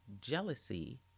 jealousy